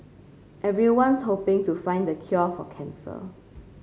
everyone's hoping to find the cure for cancer